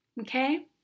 Okay